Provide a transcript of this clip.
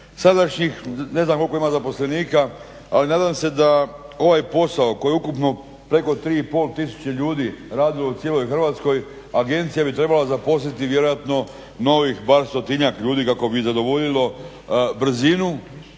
Sadašnjih, ne znam koliko ima zaposlenika, ali nadam se da ovaj posao koji je ukupno preko 3,5 tisuće ljudi radilo u cijeloj Hrvatskoj, agencija bi trebala zaposliti vjerojatno novih bar stotinjak ljudi kako bi zadovoljilo brzinu,